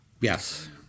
Yes